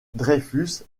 dreyfus